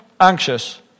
anxious